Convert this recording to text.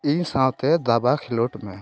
ᱤᱧ ᱥᱟᱶᱛᱮ ᱫᱟᱵᱟ ᱠᱷᱮᱞᱳᱰ ᱢᱮ